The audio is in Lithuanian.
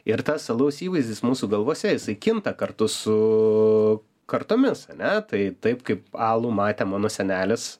ir tas alus įvaizdis mūsų galvose jisai kinta kartu su kartomis ane tai taip kaip alų matė mano senelis